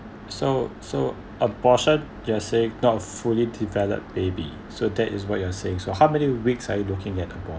so so abortion you're saying not fully developed baby so that is what you are saying so how many weeks are you looking at a